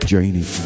Janie